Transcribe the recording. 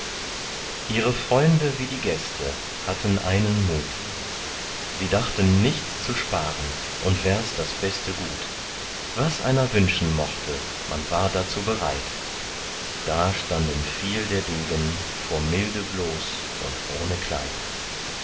ihre freunde wie die gäste hatten einen mut sie dachten nichts zu sparen und wärs das beste gut was einer wünschen mochte man war dazu bereit da standen viel der degen vor milde bloß und ohne kleid